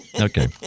Okay